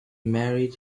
married